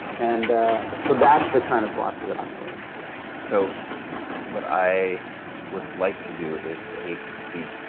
and so that's the kind of philosophy that i'm really interested in. so what i would like to do is take the,